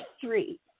three